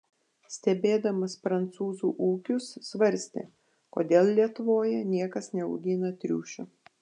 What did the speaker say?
stebėdamas prancūzų ūkius svarstė kodėl lietuvoje niekas neaugina triušių